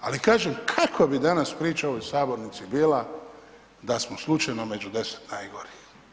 Ali kažem kako bi danas priča u ovoj sabornici bila da smo slučajno među 10 najgorih.